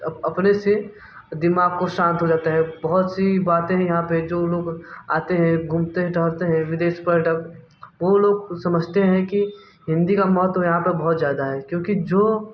अपने से दिमाग को शांत हो जाता है बहुत सी बाते हैं यहाँ पे जो लोग आते हैं घूमते हैं टहलते हैं विदेश पर्यटक वो लोग समझते हैं कि हिंदी का महत्व यहाँ पे बहुत ज़्यादा है क्योंकि जो